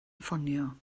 ffonio